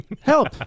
help